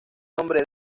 nombre